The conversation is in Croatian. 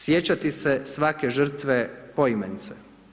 Sjećati se svake žrtve poimence.